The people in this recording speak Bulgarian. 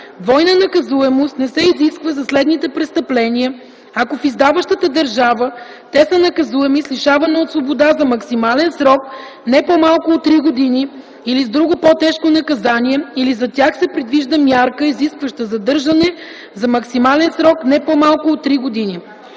„Двойна наказуемост не се изисква за следните престъпления, ако в издаващата държава те са наказуеми с лишаване от свобода за максимален срок не по-малко от три години или с друго по-тежко наказание, или за тях се предвижда мярка изискваща задържане за максимален срок не по-малко от три години”.”